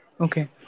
Okay